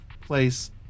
place